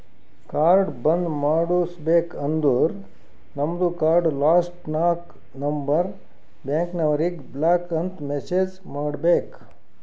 card ಬಂದ್ ಮಾಡುಸ್ಬೇಕ ಅಂದುರ್ ನಮ್ದು ಕಾರ್ಡ್ ಲಾಸ್ಟ್ ನಾಕ್ ನಂಬರ್ ಬ್ಯಾಂಕ್ನವರಿಗ್ ಬ್ಲಾಕ್ ಅಂತ್ ಮೆಸೇಜ್ ಮಾಡ್ಬೇಕ್